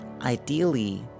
Ideally